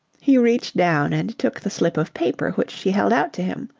he reached down and took the slip of paper which she held out to him.